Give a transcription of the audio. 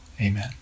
Amen